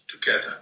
together